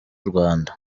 rwanda